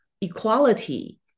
equality